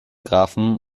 grafen